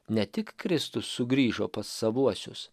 ne tik kristus sugrįžo pas savuosius